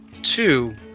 two